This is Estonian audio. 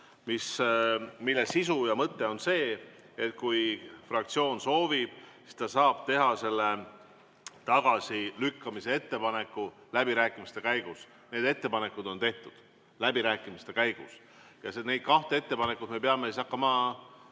6, mille sisu ja mõte on see, et kui fraktsioon soovib, siis ta saab teha tagasilükkamise ettepaneku läbirääkimiste käigus. Need ettepanekud on tehtud läbirääkimiste käigus ja neid kahte ettepanekut me peame hakkama